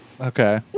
Okay